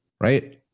right